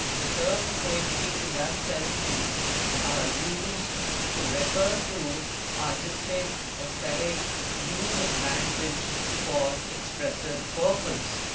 the term poetry in that sense is used to refer to artistic aesthetic use of language for expressive purpose.